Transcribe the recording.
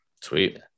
sweet